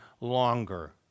longer